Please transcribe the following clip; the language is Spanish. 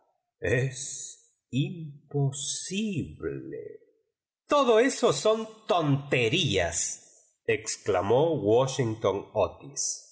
es imposible todo eso son tonteríasexclamó wásliigton otis